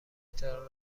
تان